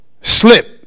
slip